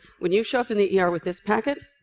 when you show up in the e r. with this packet,